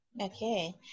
okay